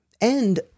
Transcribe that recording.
And-